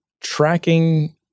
tracking